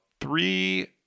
three